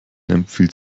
empfiehlt